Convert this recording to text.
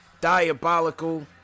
diabolical